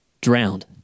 drowned